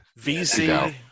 VZ